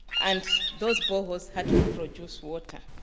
and those boreholes had to produce water.